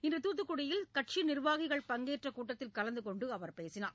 இன்று தூத்துக்குடியில் கட்சி நிர்வாகிகள் பங்கேற்ற கூட்டத்தில் கலந்து கொண்டு அவர் பேசினார்